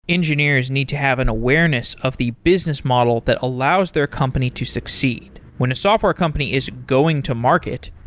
engineers need to have an awareness of the business model that allows their company to succeed. when a software company is going to market,